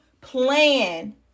plan